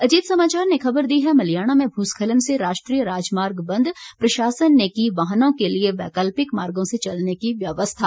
अजीत समाचार ने खबर दी है मल्याणा में भूस्खलन से राष्ट्रीय राजमार्ग बंद प्रशासन ने की वाहनों के लिए वैकल्पिक मार्गों से चलने की व्यवस्था